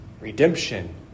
redemption